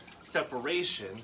separation